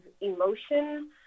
emotion